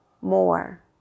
More